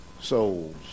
souls